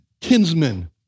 kinsmen